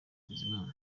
bizimana